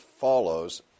follows